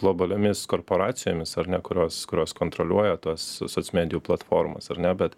globaliomis korporacijomis ar ne kurios kurios kontroliuoja tuos so soc medijų platformas ar ne bet